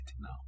now